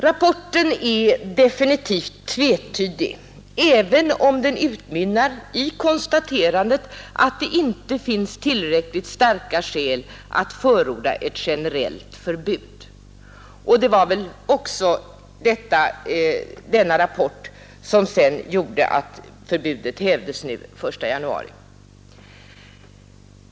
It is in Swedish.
Rapporten är definitivt tvetydig, även om den utmynnar i konstaterandet att det inte finns tillräckligt starka skäl att förorda ett generellt förbud. Det var väl också denna rapport som gjorde att förbudet hävdes nu den 1 januari.